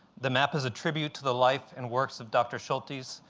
the map is a tribute to the life and works of dr. schultes.